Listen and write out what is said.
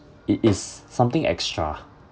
it is something extra